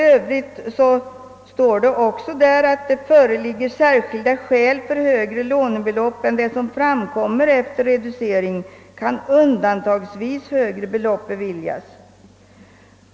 Det står också där att om det föreligger särskilda skäl för högre lånebelopp än det som framkommer efter reducering, kan undantagsvis högre belopp beviljas.